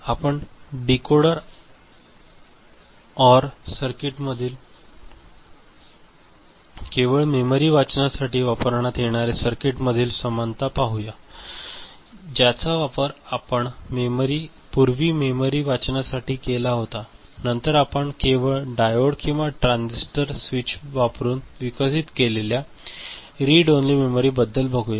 आपण decoder or सर्किटमधील आणि केवळ मेमरी वाचनासाठी वापरात येणारे सर्किट मधील समानता पाहूया ज्याचा वापर आपण पूर्वी मेमरी वाचनासाठी केला होता नंतर आपण केवळ डायोड किंवा ट्रान्झिस्टर स्विच वापरून विकसित केलेल्या रीड ओन्ली मेमरी बद्दल बघूया